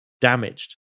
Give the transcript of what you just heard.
damaged